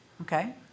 okay